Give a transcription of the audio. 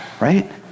right